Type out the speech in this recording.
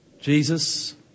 Jesus